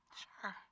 sure